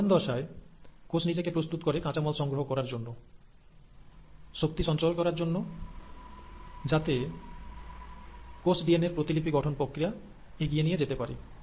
জি one দশায় কোষ নিজেকে প্রস্তুত করে কাঁচামাল সংগ্রহ করার জন্য শক্তি সঞ্চয় করার জন্য যাতে কোষ ডিএনএর প্রতিলিপি গঠন প্রক্রিয়া এগিয়ে নিয়ে যেতে পারে